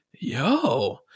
yo